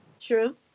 True